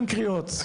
אין קריאות,